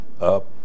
up